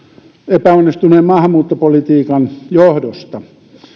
epäonnistuneen maahanmuuttopolitiikan johdosta